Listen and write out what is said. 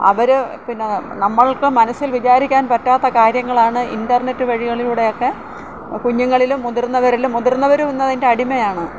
അവർ പിന്നെ നമ്മൾ ഇപ്പം മനസ്സിൽ വിചാരിക്കാൻ പറ്റാത്ത കാര്യങ്ങളാണ് ഇൻറ്റർനെറ്റ് വഴികളിലൂടെയൊക്കെ കുഞ്ഞുങ്ങളിലും മുതിർന്നവരിലും മുതിർന്നവരും ഇന്ന് അതിൻ്റെ അടിമയാണ്